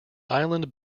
island